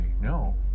No